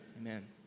Amen